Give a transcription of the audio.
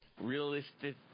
realistic –